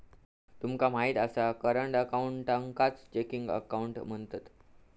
तुमका माहित हा करंट अकाऊंटकाच चेकिंग अकाउंट म्हणतत